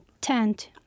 tent